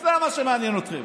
זה מה שמעניין אתכם.